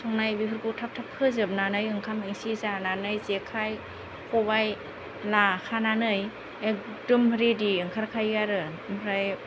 संनाय बेफोरखौ थाब थाब फोजोबनानै ओंखाम एसे जानानै जेखाइ खबाइ लाखानानै एखदम रेडि ओंखारखायो आरो ओमफ्राय